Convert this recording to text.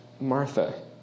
Martha